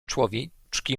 człowieczki